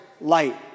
light